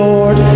Lord